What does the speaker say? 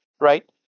right